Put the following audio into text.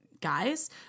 guys